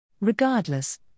Regardless